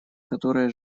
которая